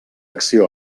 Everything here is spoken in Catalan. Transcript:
acció